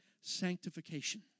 sanctification